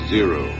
Zero